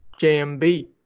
JMB